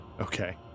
Okay